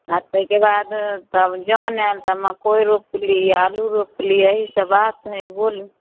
आ ताहिके बाद तब जन आयल तऽ मक्कइ रोपली आलू रोपली यही सभ बात हइ बोलू